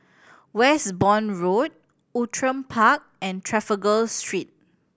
Westbourne Road Outram Park and Trafalgar Street